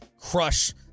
crush